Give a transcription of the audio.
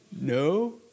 No